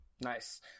Nice